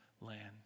land